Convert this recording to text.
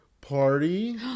party